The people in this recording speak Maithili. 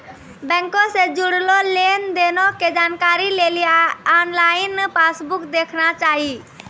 बैंको से जुड़लो लेन देनो के जानकारी लेली आनलाइन पासबुक देखना चाही